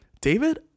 david